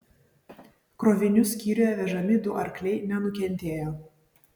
krovinių skyriuje vežami du arkliai nenukentėjo